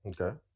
Okay